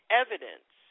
evidence